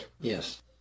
Yes